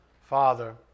Father